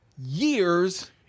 years